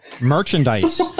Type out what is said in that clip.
merchandise